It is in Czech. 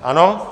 Ano?